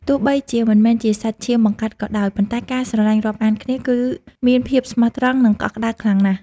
ទោះបីជាមិនមែនជាសាច់ឈាមបង្កើតក៏ដោយ ប៉ុន្តែការស្រឡាញ់រាប់អានគ្នា គឺមានភាពស្មោះត្រង់ និងកក់ក្តៅខ្លាំងណាស់។